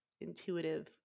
intuitive